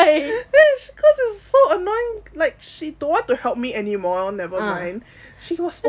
cause it's so annoying like she don't want to help me anymore nevermind but she was